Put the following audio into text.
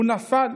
הוא נפל